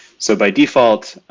so by default,